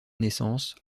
naissance